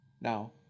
Now